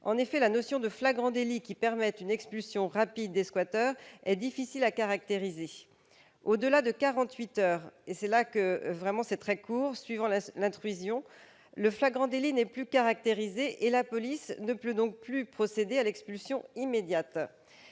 En effet, la notion de flagrant délit qui permet une expulsion rapide des squatters est difficile à caractériser. Au-delà de 48 heures - c'est un délai très court -suivant l'intrusion, le flagrant délit n'est plus caractérisé et la police ne peut donc plus procéder à l'expulsion immédiate.